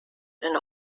and